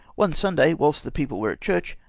one sunday, whilst the people were at church,